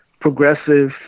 progressive